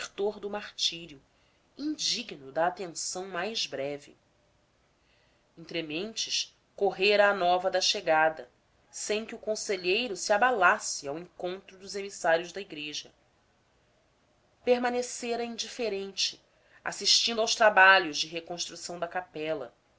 do martírio indigno da atenção mais breve entrementes correra a nova da chegada sem que o conselheiro se abalasse ao encontro dos emissários da igreja permanecera indiferente assistindo aos trabalhos de reconstrução da capela